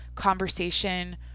conversation